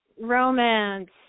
romance